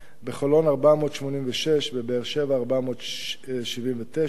בחולון, 486, בבאר-שבע 479,